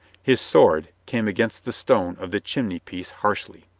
his sword came against the stone of the chimney piece harshly.